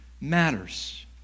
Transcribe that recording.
matters